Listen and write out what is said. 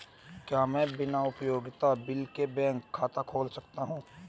क्या मैं बिना उपयोगिता बिल के बैंक खाता खोल सकता हूँ?